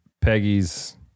Peggy's